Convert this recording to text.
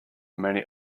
many